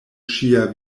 ŝia